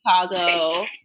Chicago